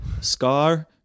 Scar